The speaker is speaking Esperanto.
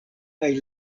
kaj